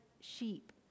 sheep